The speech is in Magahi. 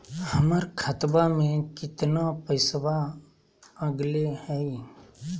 हमर खतवा में कितना पैसवा अगले हई?